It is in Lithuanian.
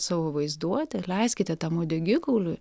savo vaizduotę leiskite tam uodegikauliui